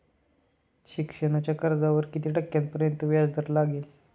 शिक्षणाच्या कर्जावर किती टक्क्यांपर्यंत व्याजदर लागेल?